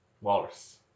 walrus